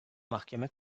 mahkeme